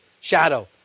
shadow